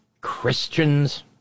Christians